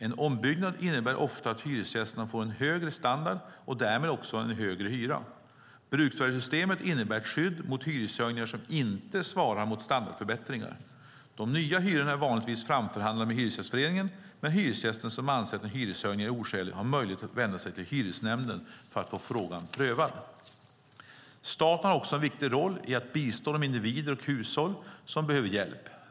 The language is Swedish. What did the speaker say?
En ombyggnad innebär ofta att hyresgästerna får en högre standard och därmed också en högre hyra. Bruksvärdessystemet innebär ett skydd mot hyreshöjningar som inte svarar mot standardförbättringar. De nya hyrorna är vanligtvis framförhandlade med Hyresgästföreningen, men hyresgästen som anser att en hyreshöjning är oskälig har möjlighet att vända sig till hyresnämnden för att få frågan prövad. Staten har också en viktig roll i att bistå de individer och hushåll som behöver hjälp.